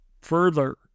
further